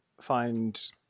find